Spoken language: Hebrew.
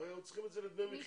והם צריכים את זה לדמי מחיה.